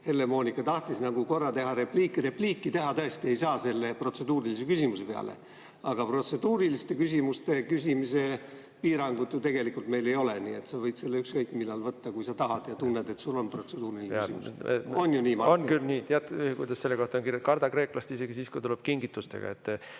selle momendi maha. Repliiki teha tõesti ei saaks protseduurilise küsimuse peale. Aga protseduuriliste küsimuste küsimise piirangut ju tegelikult meil ei ole, nii et sa võid selle ükskõik millal võtta, kui sa tunned, et sul on protseduuriline küsimus. On ju nii? On küll nii. Tead, kuidas selle kohta on kirjas? Karda kreeklast isegi siis, kui ta tuleb kingitustega.